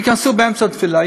ייכנסו במשך התפילה,